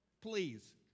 Please